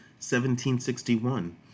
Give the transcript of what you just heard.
1761